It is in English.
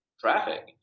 traffic